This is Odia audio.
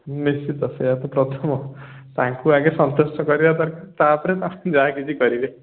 ନିଶ୍ଚିତ ସେଇଆତ ପ୍ରଥମ ତାଙ୍କୁ ଆଗ ସନ୍ତୁଷ୍ଟ କରିବା ଦରକାର ତାପରେ ଯାହାକିଛି କରିବେ